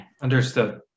understood